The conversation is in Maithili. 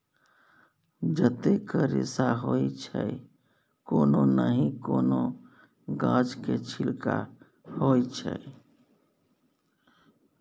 जतेक रेशा होइ छै कोनो नहि कोनो गाछक छिल्के होइ छै